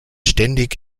ständig